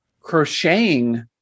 crocheting